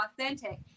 authentic